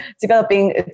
developing